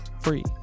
free